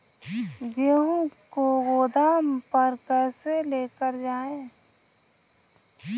गेहूँ को गोदाम पर कैसे लेकर जाएँ?